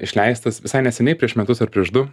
išleistas visai neseniai prieš metus ar prieš du